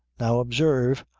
now, observe,